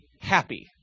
happy